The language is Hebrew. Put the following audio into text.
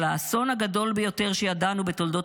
על האסון הגדול ביותר שידענו בתולדות